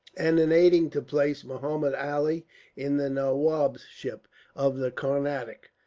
and in aiding to place muhammud ali in the nawabship of the carnatic.